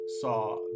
saw